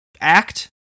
act